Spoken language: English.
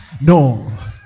No